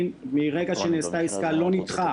מקרקעין מרגע שנעשתה עסקה לא נדחה.